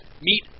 meet